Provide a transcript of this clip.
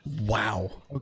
wow